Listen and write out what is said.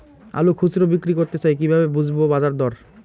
আলু খুচরো বিক্রি করতে চাই কিভাবে বুঝবো বাজার দর?